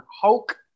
Hulk